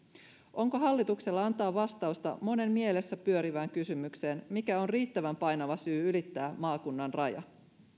onko hallituksella antaa vastausta monen mielessä pyörivään kysymykseen mikä on riittävän painava syy ylittää maakunnan raja